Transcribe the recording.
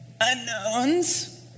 Unknowns